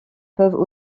peuvent